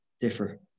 differ